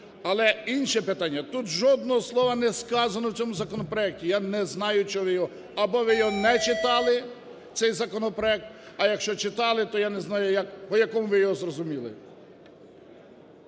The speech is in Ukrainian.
Але інше питання, тут жодного слова не сказано в цьому законопроекті, я не знаю, чого ви його… Або ви його не читали, цей законопроект, а якщо читали, то я не знаю, як, по якому ви його зрозуміли.